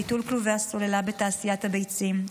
ביטול כלובי הסוללה בתעשיית הביצים,